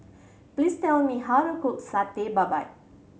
please tell me how to cook Satay Babat